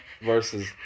versus